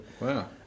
Wow